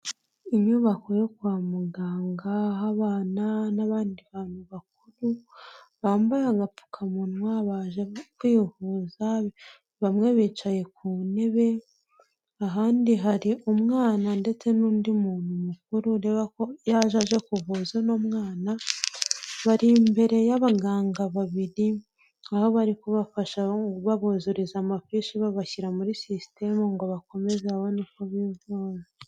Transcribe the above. Inyubako yo kwa muganga, aho abana n'abandi bantu bakuru bambaye agapfukamunwa baje kwivuza, bamwe bicaye ku ntebe ahandi hari umwana ndetse n'undi muntu mukuru ureba ko yaje aje kuvuza uno mwana, bari imbere y'abaganga babiri aho bari kubafasha babuzuriza amafishi babashyira muri sisitemu ngo bakomeze babone uko bivuza.